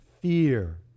fear